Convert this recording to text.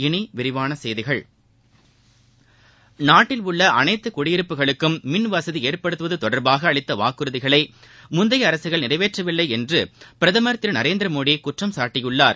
இனி விரிவான செய்திகள் நாட்டில் உள்ள அனைத்து குடியிருப்புகளுக்கும் மின்வசதி ஏற்படுத்துவது தொடர்பாக அளித்த வாக்குறதிகளை முந்தைய அரசுகள் நிறைவேற்றவில்லை என்று பிரதமர் திரு நரேந்திரமோடி குற்றம் சாட்டியுள்ளார்